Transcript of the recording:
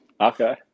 Okay